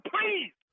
please